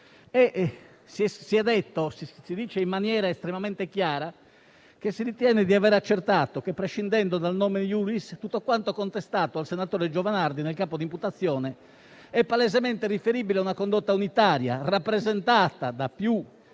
ha preceduto. Si dice in maniera estremamente chiara che si ritiene di aver accertato che, prescindendo dal *nomen iuris*, tutto quanto contestato al senatore Giovanardi nel capo di imputazione è palesemente riferibile a una condotta unitaria, rappresentata da più